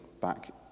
back